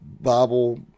Bible